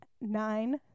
nine